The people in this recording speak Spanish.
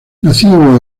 nacido